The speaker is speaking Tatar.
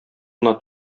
гына